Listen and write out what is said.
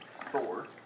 Thor